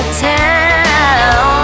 town